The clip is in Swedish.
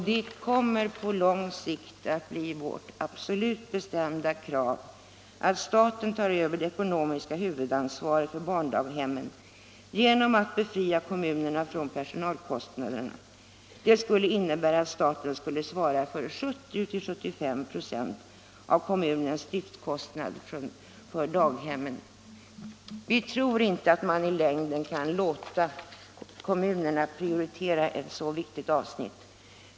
Det kommer på lång sikt att bli vårt absolut bestämda krav att staten tar över det ekonomiska huvudansvaret för barndaghemmen genom att befria kommunerna från personalkostnaderna. Det innebär att staten skulle svara för 70-75 96 av kommunens driftkostnad för daghemmen. Vi tror inte att man i längden kan låta kommunerna prioritera ett så viktigt avsnitt.